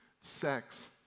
sex